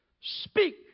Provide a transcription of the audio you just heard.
speak